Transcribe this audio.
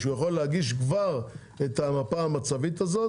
שהוא יכול להגיש כבר את המפה המצבית הזאת